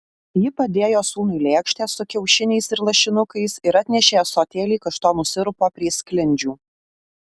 ji padėjo sūnui lėkštę su kiaušiniais ir lašinukais ir atnešė ąsotėlį kaštonų sirupo prie sklindžių